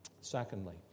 Secondly